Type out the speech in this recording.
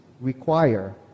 require